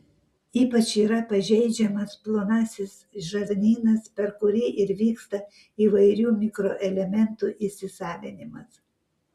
ypač yra pažeidžiamas plonasis žarnynas per kurį ir vyksta įvairių mikroelementų įsisavinimas